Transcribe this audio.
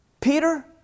Peter